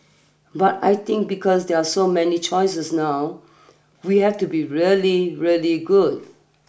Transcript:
but I think because there are so many choices now we have to be really really good